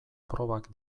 probak